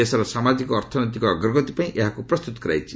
ଦେଶର ସାମାଜିକ ଅର୍ଥନୈତିକ ଅଗ୍ରଗତି ପାଇଁ ଏହାକୁ ପ୍ରସ୍ତୁତ କରାଯାଇଛି